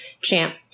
champ